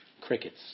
Crickets